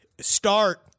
start